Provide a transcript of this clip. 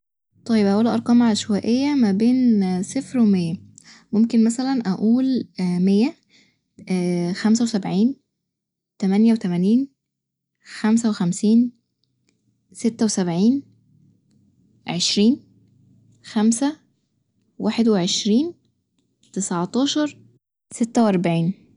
طيب هقول أرقام عشوائية ما بين صفر ومية ممكن مثلا أقول مية خمسة وسبعين تمانية وتمانين خمسة وخمسين ستة وسبعين عشرين خمسة واحد وعشرين تسعتاشر ستة و أربعين